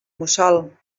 mussol